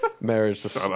Marriage